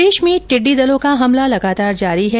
प्रदेश में टिड्डी दलों का हमला लगातार जारी है